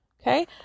okay